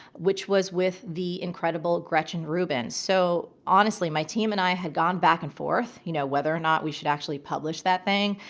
which was with the incredible gretchen rubin. so honestly, my team and i had gone back and forth, you know whether or not we should actually publish that thing.